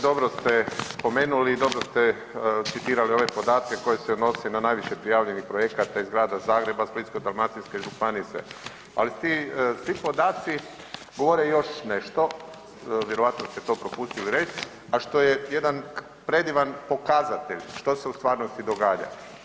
Dobro ste spomnuli i dobro ste citirali ove podatke koje se odnose na najviše prijavljenih projekata iz Grada Zagreba, Splitsko-dalmatinske županije i sve, ali ti podaci govore još nešto, vjerojatno ste to propustili reći, a što je jedan predivan pokazatelj što se u stvarnosti događa.